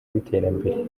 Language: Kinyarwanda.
w’iterambere